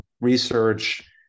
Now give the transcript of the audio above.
research